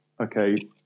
okay